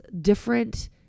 different